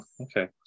Okay